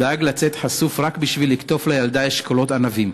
דאג לצאת חשוף רק בשביל לקטוף לילדה אשכולות ענבים.